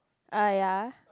ah ya